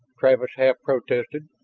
travis half protested.